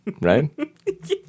Right